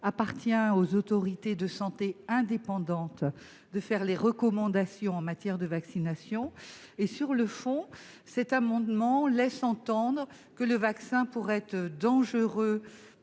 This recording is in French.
incombe aux autorités de santé indépendantes de formuler les recommandations en matière de vaccination. Ensuite, sur le fond, cette disposition laisse entendre que le vaccin pourrait être dangereux